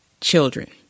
children